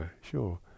sure